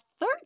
third